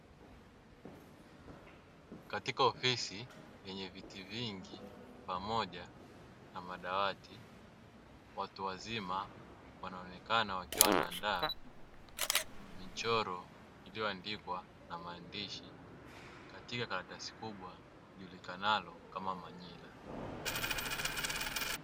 Katika ofisi yenye viti vingi, pamoja na madawati, watu wazima wanaonekana wakiwa wanaandaa michoro iliyoandikwa na maandishi katika karatasi kubwa lijulikanalo kama manila.